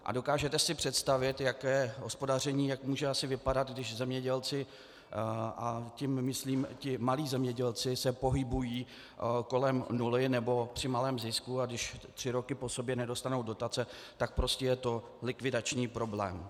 A dokážete si představit, jak hospodaření může asi vypadat, když zemědělci, a tím myslím ti malí zemědělci, se pohybují kolem nuly nebo při malém zisku a když tři roky po sobě nedostanou dotace, tak prostě je to likvidační problém.